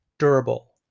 durable